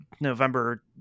November